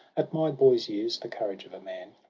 at my boy's years, the courage of a man.